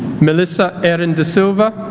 melissa erin d'silva